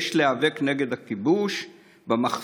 יש להיאבק נגד הכיבוש במחסומים,